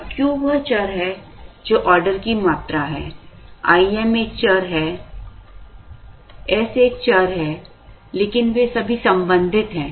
अब Q वह चर है जो ऑर्डर की मात्रा है I m एक चर है s एक चर है लेकिन वे संबंधित हैं